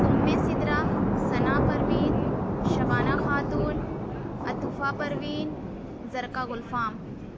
Umm Sidra Sana Parveen Shabana Khatoon Atufa Parveen Zarqa Gulfam